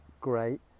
great